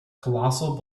colossal